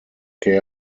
care